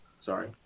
sorry